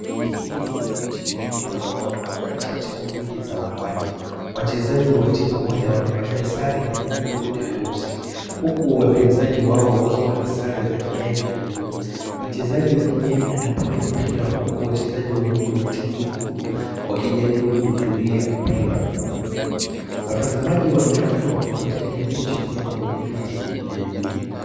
Hii ni mechi ya mpira wa wavu kati ya timu mbili za wanawake. Wachezaji wa timu moja wamevalia sare nyekundu na weusi huku wapinzani wao wakiwa na sare za kijani na buluu. Mchezaji wa kijani anapiga mpira huku wachezaji wawili wa timu nyekundu wakijaribu kuzuia mpira. Watazamaji wanaonekana wakifuatilia mechi kutoka kwenye viti vya juu.